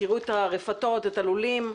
תראו את הרפתות ואת הלולים.